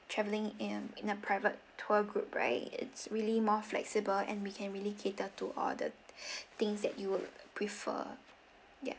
travelling in in a private tour group right it's really more flexible and we can really cater to all the things that you would prefer yup